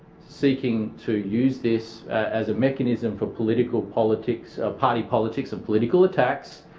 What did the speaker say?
seeking to use this as a mechanism for political politics party politics and political attacks,